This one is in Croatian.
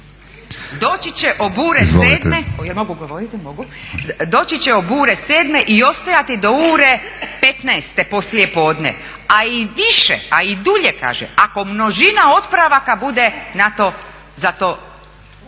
Doći će o ure sedme i ostajati do ure petnaeste poslije podne, a i više, a i dulje kaže, ako množina otpravaka bude na to za to